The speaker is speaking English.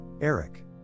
Eric